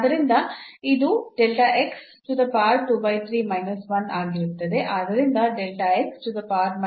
ಆದ್ದರಿಂದ ಇದು ಆಗಿರುತ್ತದೆ